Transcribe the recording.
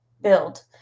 build